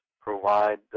provide